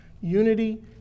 unity